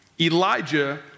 Elijah